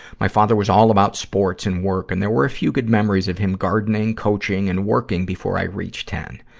my father was all about sports and work, and there were a few good memories of him gardening, coaching, and working before i reached ten.